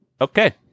Okay